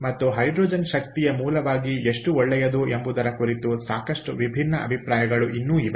ಮತ್ತು ಹೈಡ್ರೋಜನ್ ಶಕ್ತಿಯ ಮೂಲವಾಗಿ ಎಷ್ಟು ಒಳ್ಳೆಯದು ಎಂಬುದರ ಕುರಿತು ಸಾಕಷ್ಟು ವಿಭಿನ್ನ ಅಭಿಪ್ರಾಯಗಳು ಇನ್ನೂ ಇವೆ